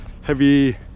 heavy